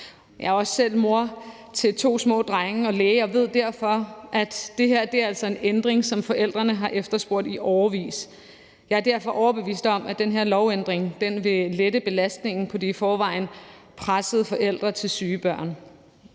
Jeg er selv mor til to små drenge og læge, og jeg ved derfor, at det her altså er en ændring, som forældrene har efterspurgt i årevis. Jeg er derfor overbevist om, at den her lovændring vil lette belastningen på de i forvejen pressede forældre til syge børn,